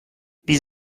wie